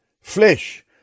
flesh